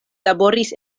laboris